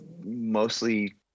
mostly